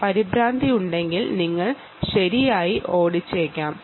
പരിഭ്രാന്തി ഉണ്ടെങ്കിൽ നിങ്ങൾ ഓടാനും സാധ്യത ഉണ്ട്